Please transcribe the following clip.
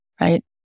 right